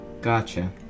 Gotcha